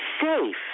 safe